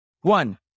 One